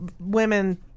women